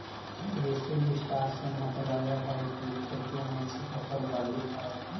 कृषि विस्तार से मतलबहई कि खेती के क्षेत्रफल बढ़ित हई